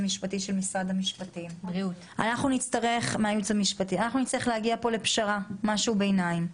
אנחנו נצטרך להגיע פה לפשרה, משהו ביניים.